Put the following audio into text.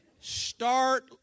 start